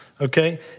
Okay